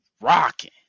rocking